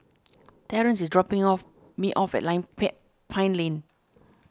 Terance is dropping off me off at line Pine Lane